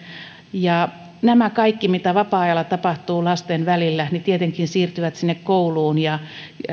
ja tämä kaikki mitä vapaa ajalla tapahtuu lasten välillä tietenkin siirtyy sinne kouluun